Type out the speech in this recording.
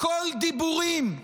הכול דיבורים,